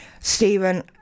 Stephen